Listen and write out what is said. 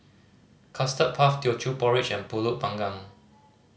Custard Puff Teochew Porridge and Pulut Panggang